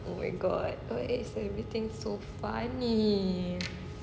oh my god why is everything so funny